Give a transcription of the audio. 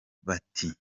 bati